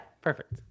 perfect